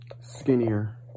Skinnier